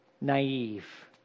naive